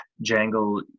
jangle